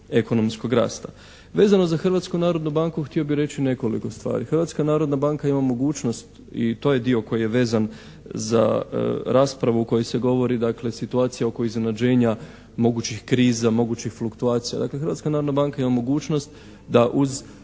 Hrvatska narodna banka ima mogućnost i to